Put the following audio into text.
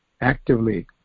actively